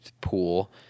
pool